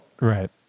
Right